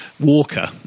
Walker